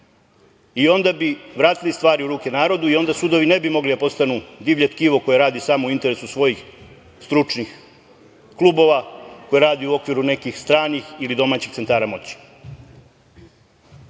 I onda bismo vratili stvari u ruke narodu i onda sudovi ne bi mogli da postanu divlje tkivo koje radi samo u interesu svojih stručnih klubova, koje radi u okviru nekih stranih ili domaćih centara moći. Kada